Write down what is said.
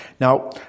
Now